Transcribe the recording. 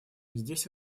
здесь